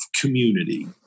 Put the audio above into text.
community